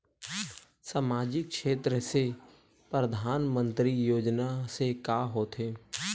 सामजिक क्षेत्र से परधानमंतरी योजना से का होथे?